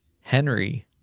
henry